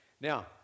Now